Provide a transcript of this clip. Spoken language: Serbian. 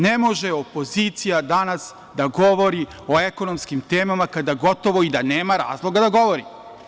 Ne može opozicija danas da govori o ekonomskim temama kada gotovo i da nema razloga da govori.